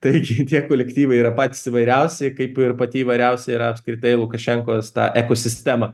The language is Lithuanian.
tai šitie kolektyvai yra pats įvairiausi kaip ir pati įvairiausia yra apskritai lukašenkos ta ekosistema